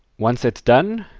once that's done,